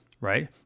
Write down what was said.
right